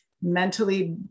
mentally